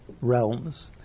realms